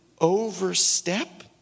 overstep